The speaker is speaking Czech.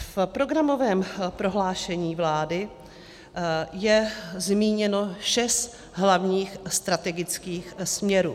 V programovém prohlášení vlády je zmíněno šest hlavních strategických směrů.